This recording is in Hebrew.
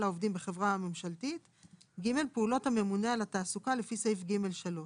העובדים בחברה הממשלתית; פעולות הממונה על התעסוקה לפי סעיף (ג3).